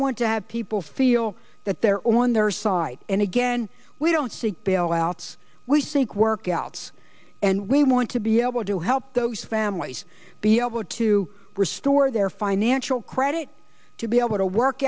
want to have people feel that they're on their side and again we don't see bailouts we think workouts and we want to be able to help those families be able to restore their financial credit to be able to work